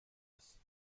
است